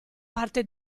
parte